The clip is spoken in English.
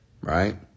right